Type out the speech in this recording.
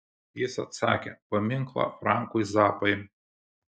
jis atsakė paminklą frankui zappai